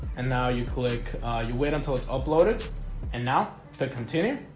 and now you click you wait until it's uploaded and now to continue